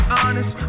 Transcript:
honest